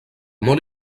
molt